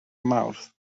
mawrth